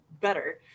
better